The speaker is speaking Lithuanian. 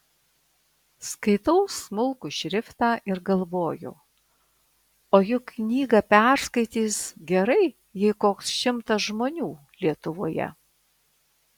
skaitau smulkų šriftą ir galvoju o juk knygą perskaitys gerai jei koks šimtas žmonių lietuvoje